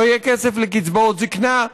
לא יהיה כסף לקצבאות זקנה,